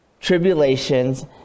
tribulations